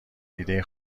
ایده